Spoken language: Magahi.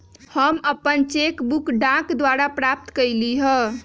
हम अपन चेक बुक डाक द्वारा प्राप्त कईली ह